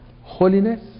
Holiness